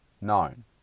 known